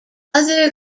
other